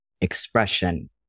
expression